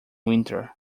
winter